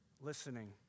listening